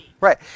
Right